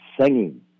singing